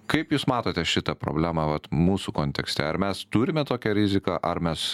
kaip jūs matote šitą problemą vat mūsų kontekste ar mes turime tokią riziką ar mes